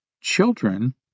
children